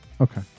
Okay